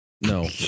No